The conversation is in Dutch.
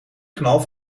knal